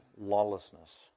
lawlessness